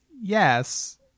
Yes